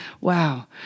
wow